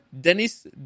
Denis